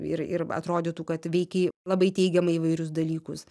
ir ir atrodytų kad veikia labai teigiamai įvairius dalykus